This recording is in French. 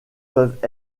peuvent